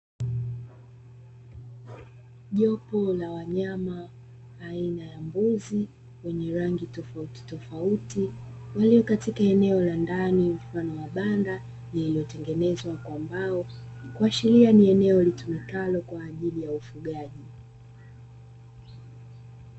Jopo la wanyama aina ya mbuzi wenye rangi tofautitofauti, lililo katika eneo la ndani mfano wa banda lililo tengenezwa kwa mbao kuashiria ni eneo litumikalo kwa ajili ya ufugaji.